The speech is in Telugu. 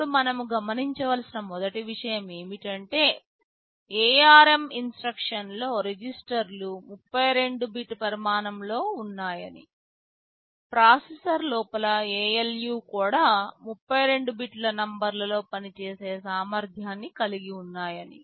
ఇప్పుడు మనము గమనించవలసిన మొదటి విషయమేమిటంటే ARM ఇన్స్ట్రక్షన్లో రిజిస్టర్లు 32 బిట్ పరిమాణం లో ఉన్నాయని ప్రాసెసర్ లోపల ALU కూడా 32 బిట్ నంబర్లలో పనిచేసే సామర్ధ్యాన్ని కలిగి ఉన్నాయని